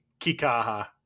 Kikaha